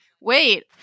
Wait